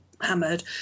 Hammered